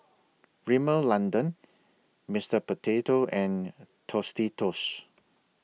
Rimmel London Mister Potato and Tostitos